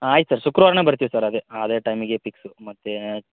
ಆಯ್ತು ಸರ್ ಶುಕ್ರವಾರನೆ ಬರ್ತಿವಿ ಸರ್ ಅದೆ ಅದೇ ಟೈಮಿಗೆ ಫಿಕ್ಸು ಮತ್ತು